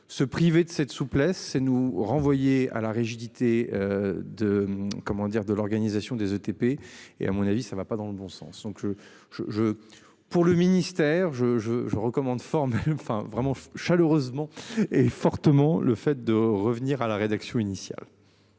Se priver de cette souplesse et nous renvoyer à la rigidité. De comment dire de l'organisation des ETP et à mon avis, ça ne va pas dans le bon sens. Donc. Je je. Pour le ministère, je je je recommande. Enfin vraiment chaleureusement et fortement le fait de revenir à la rédaction initiale.